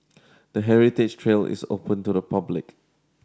the heritage trail is open to the public